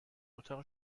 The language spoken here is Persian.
اتاق